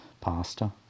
pasta